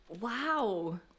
Wow